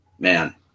Man